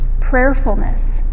prayerfulness